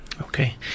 Okay